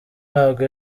ntabwo